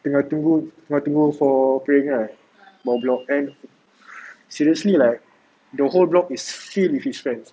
tengah tunggu tengah tunggu for praying lah bawah block kan seriously like the whole block is filled with his friend